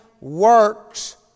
works